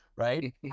Right